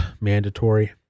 mandatory